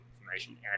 information